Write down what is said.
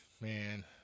man